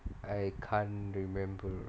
I can't remember